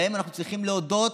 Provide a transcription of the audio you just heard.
להם אנחנו צריכים להודות